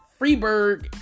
freeberg